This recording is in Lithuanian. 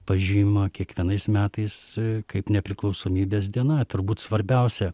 pažymima kiekvienais metais kaip nepriklausomybės diena turbūt svarbiausia